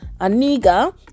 Aniga